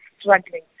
struggling